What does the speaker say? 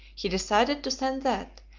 he decided to send that,